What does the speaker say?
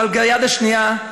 אבל ביד השנייה,